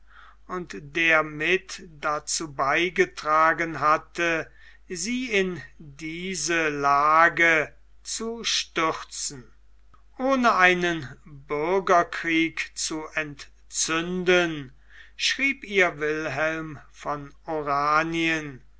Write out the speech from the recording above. und der mit dazu beigetragen hatte sie in diese lage zu stürzen ohne einen bürgerkrieg zu entzünden schrieb ihr wilhelm von oranien